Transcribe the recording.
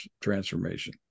transformation